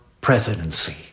presidency